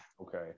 okay